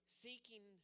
seeking